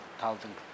thousand